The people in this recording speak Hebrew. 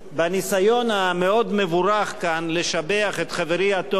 הניסיון המאוד-מבורך כאן לשבח את חברי הטוב,